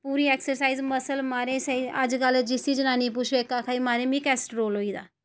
पूरी एक्सरसाईज म्हाराज मसल स्हेई जिसी जनानियें गी पुच्छो इक्क आक्खदी म्हाराज मिगी केलेस्ट्रोल होई दा